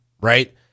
right